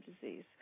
disease